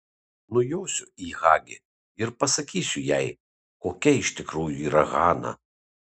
nujosiu į hagi ir pasakysiu jai kokia iš tikrųjų yra hana